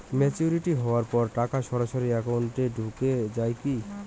Maturity হওয়ার পর টাকা সরাসরি একাউন্ট এ ঢুকে য়ায় কি?